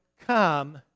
come